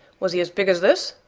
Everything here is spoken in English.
was he as big as this?